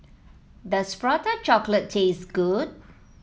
does Prata Chocolate taste good